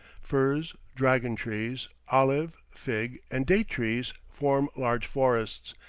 firs, dragon-trees, olive, fig, and date-trees form large forests,